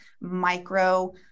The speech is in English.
micro